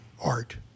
art